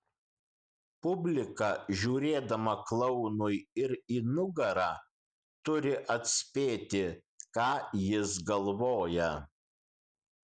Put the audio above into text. publika žiūrėdama klounui ir į nugarą turi atspėti ką jis galvoja